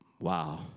Wow